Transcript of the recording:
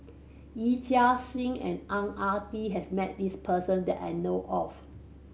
Yee Chia Hsing and Ang Ah Tee has met this person that I know of